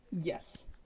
Yes